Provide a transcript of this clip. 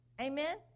Amen